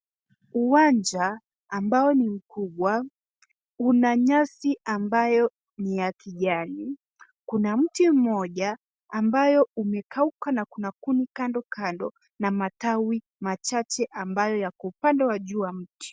Uwanja ambao ni mkubwa una nyasi ambayo ni ya kijani. Kuna mti mmoja amabyo umekauka na kuna kuni kando kando na matawi machache ambayo yako upande wa juu wa mti.